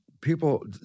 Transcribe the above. people